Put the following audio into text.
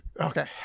okay